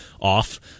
off